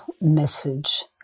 message